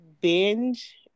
binge